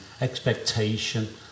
expectation